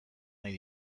nahi